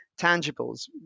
tangibles